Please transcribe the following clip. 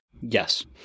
Yes